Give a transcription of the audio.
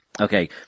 Okay